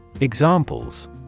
Examples